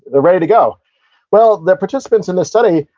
they're ready to go well, the participants in this study,